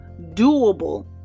doable